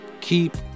Keep